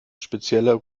spezielle